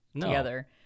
together